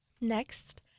Next